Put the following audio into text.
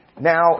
Now